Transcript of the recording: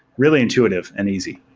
really intuitive and easy.